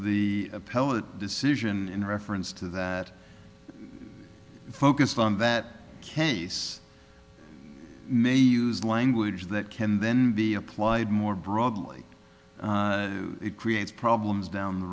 appellate decision in reference to that focused on that case may use language that can then be applied more broadly it creates problems down the